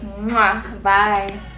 Bye